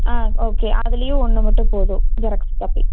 ஆ okay அதுலேயும் ஒன்று மட்டும் போதும் ஜெராக்ஸ் காப்பி